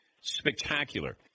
spectacular